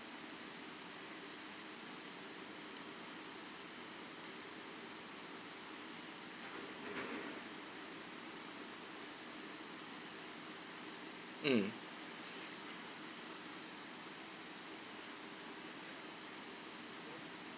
mm